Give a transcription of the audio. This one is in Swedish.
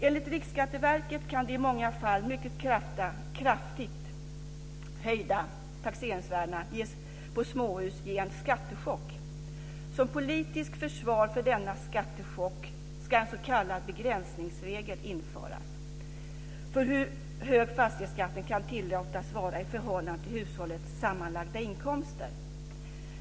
Enligt Riksskatteverket kan de i många fall mycket kraftigt höjda taxeringsvärdena på småhus ge en skattechock. Som politiskt försvar för denna skattechock ska en s.k. begränsningsregel införas för hur hög fastighetsskatten kan tillåtas vara i förhållande till hushållets sammanlagda inkomster.